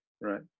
right